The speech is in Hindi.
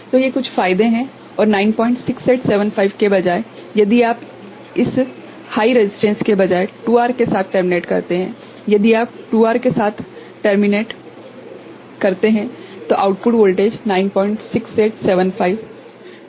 तो ये कुछ फायदे हैं और 96875 के बजाय यदि आप इस उच्च प्रतिरोध के बजाय 2R के साथ समाप्त करते हैं यदि आप 2R के साथ समाप्त करते हैं तो आउटपुट वोल्टेज 96875 2R भागित R प्लस 2R होगा